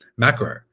macro